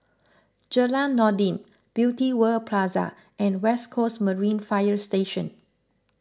Jalan Noordin Beauty World Plaza and West Coast Marine Fire Station